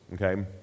okay